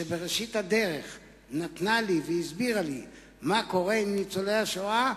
שבראשית הדרך הסבירה לי מה קורה עם ניצולי השואה,